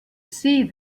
see